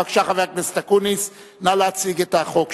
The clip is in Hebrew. בבקשה, חבר הכנסת אקוניס, נא להציג את החוק שלך.